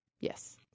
yes